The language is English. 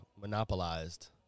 monopolized